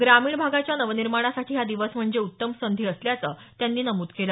ग्रामीण भागाच्या नवनिर्माणासाठी हा दिवस म्हणजे उत्तम संधी असल्याचं त्यांनी नमूद केलं